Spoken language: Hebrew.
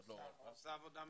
היא עושה עבודה מצוינת.